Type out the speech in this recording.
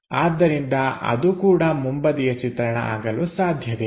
ಆದ್ದರಿಂದ ಅದು ಕೂಡ ಮುಂಬದಿಯ ಚಿತ್ರಣ ಆಗಲು ಸಾಧ್ಯವಿಲ್ಲ